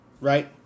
right